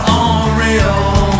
unreal